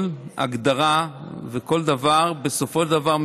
כל הגדרה וכל דבר בסופו של דבר,